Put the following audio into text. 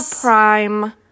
prime